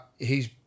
hes